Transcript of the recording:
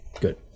good